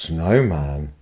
Snowman